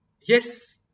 Yes